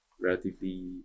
relatively